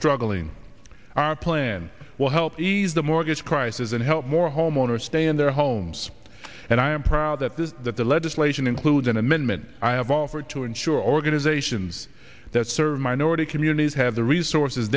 struggling our plan will help ease the mortgage crisis and help more homeowners stay in their homes and i am proud that the that the legislation includes an amendment i have offered to ensure organizations that serve minority communities have the resources